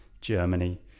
Germany